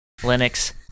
Linux